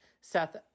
Seth